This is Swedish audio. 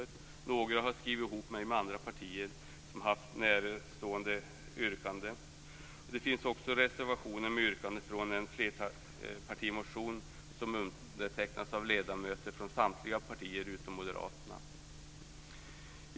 I några fall har jag skrivit ihop mig med andra partier som haft närstående yrkanden. Det finns också reservationer med yrkanden från en flerpartimotion som undertecknats av ledamöter från samtliga partier utom Moderaterna.